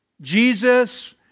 Jesus